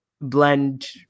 blend